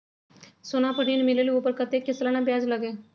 सोना पर ऋण मिलेलु ओपर कतेक के सालाना ब्याज लगे?